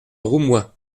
roumois